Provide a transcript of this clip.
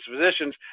physicians